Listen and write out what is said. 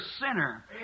sinner